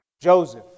Joseph